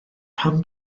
pam